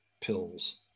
pills